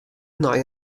nei